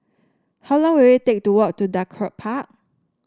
how long will it take to walk to Draycott Park